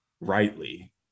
rightly